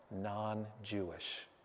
Non-Jewish